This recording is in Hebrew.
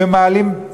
ומעלים,